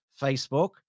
Facebook